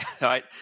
right